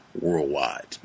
worldwide